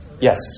Yes